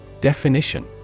Definition